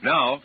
Now